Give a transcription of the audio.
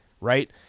right